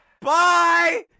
Bye